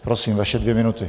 Prosím, vaše dvě minuty.